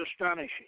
astonishing